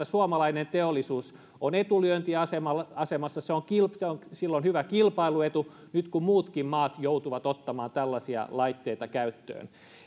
suomalainen teollisuus on etulyöntiasemassa sillä on hyvä kilpailuetu nyt kun muutkin maat joutuvat ottamaan tällaisia laitteita käyttöön